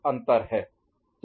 यह एक अंतर है